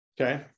Okay